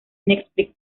netflix